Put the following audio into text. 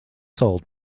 sold